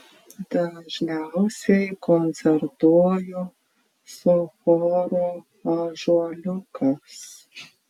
dažniausiai koncertuoju su choru ąžuoliukas